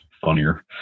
funnier